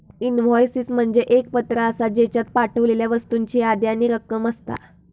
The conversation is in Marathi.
इनव्हॉयसिस म्हणजे एक पत्र आसा, ज्येच्यात पाठवलेल्या वस्तूंची यादी आणि रक्कम असता